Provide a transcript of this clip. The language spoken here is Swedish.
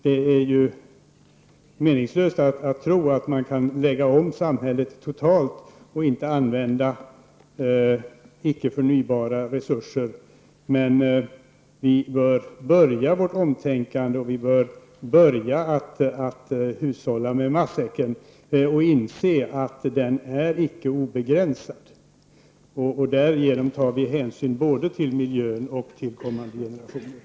Det är meningslöst att tro att samhället kan lägga om totalt och inte använda icke förnybara resurser, men vi bör börja med ett omtänkande och med att hushålla med matsäcken. Vi måste börja inse att tillgången inte är obegränsad. Därigenom tar vi hänsyn både till miljön och till kommande generationer.